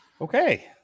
Okay